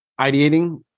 ideating